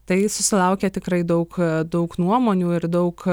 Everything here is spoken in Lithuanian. tai susilaukė tikrai daug daug nuomonių ir daug